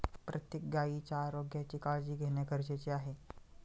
प्रत्येक गायीच्या आरोग्याची काळजी घेणे गरजेचे आहे